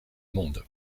monde